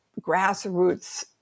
grassroots